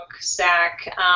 Zach